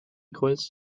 quiz